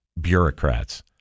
bureaucrats